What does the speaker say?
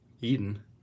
Eden